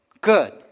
Good